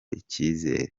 icyizere